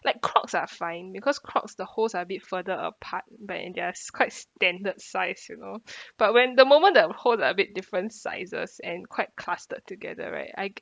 like crocs are fine because crocs the holes are a bit further apart but and they are quite standard size you know but when the moment the holes are a bit different sizes and quite clustered together right I g~